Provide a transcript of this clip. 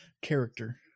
character